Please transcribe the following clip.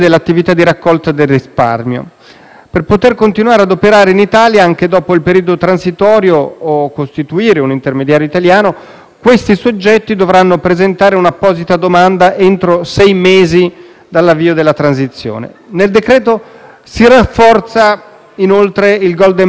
Per poter continuare ad operare in Italia, anche dopo il periodo transitorio, o costituire un intermediario italiano, questi soggetti dovranno presentare un'apposita domanda entro sei mesi dall'avvio della transizione. Nel decreto-legge si rafforza inoltre il *golden power* sulla tecnologia 5G,